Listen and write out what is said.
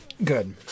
Good